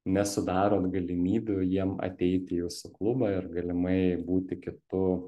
nesudarot galimybių jiem ateiti į jūsų klubą ir galimai būti kitu